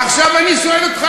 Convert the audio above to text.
עכשיו אני שואל אותך,